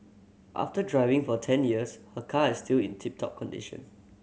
after driving for ten years her car is still in tip top condition